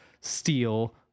steal